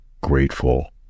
grateful